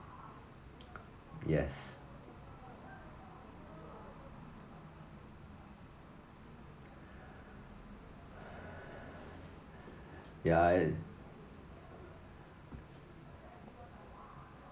yes ya